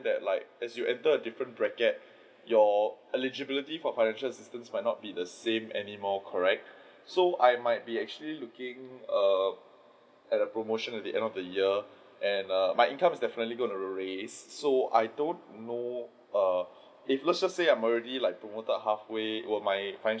that like as you enter different bracket your eligibility for financial assistance might not be the same any more correct so I might be actually looking err at a promotion at the end of the year and err my income is definitely going to raise so I don't know err if let's just say I'm already like promoted halfway will my